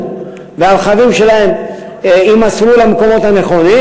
והרכבים שלהם יימסרו למקומות הנכונים,